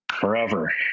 forever